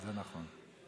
זה נכון.